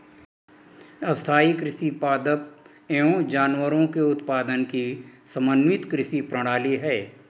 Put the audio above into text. स्थाईं कृषि पादप एवं जानवरों के उत्पादन की समन्वित कृषि प्रणाली है